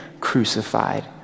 crucified